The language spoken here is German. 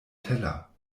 teller